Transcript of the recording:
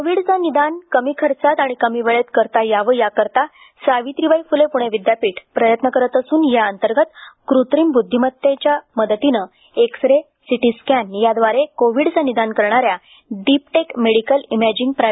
कोविडचे निदान कमी खर्चात आणि कमी वेळेत करता यावे याकरिता सावित्रीबाई फुले पुणे विद्यापीठ प्रयत्न करत असून या अंतर्गत कृत्रिम बुद्धिमत्ता आर्टिफिशियल इंटीलिजन्स च्या मदतीने एक्स रे सिटी स्कॅन द्वारे कोविडचे निदान करण्याऱ्या दीपटेक मेडिकल इमॅजिंग प्रा